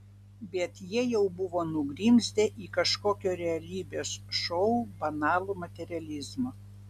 bet jie jau buvo nugrimzdę į kažkokio realybės šou banalų materializmą